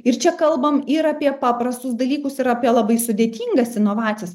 ir čia kalbam ir apie paprastus dalykus ir apie labai sudėtingas inovacijas